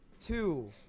two